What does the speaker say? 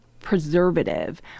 preservative